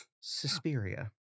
Suspiria